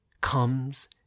comes